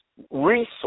resource